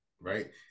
right